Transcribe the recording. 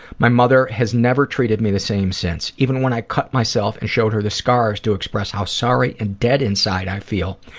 my mother has never treated me the same since. even when i cut myself and showed her the scars to express how sorry and dead inside i feel,